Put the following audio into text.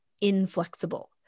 inflexible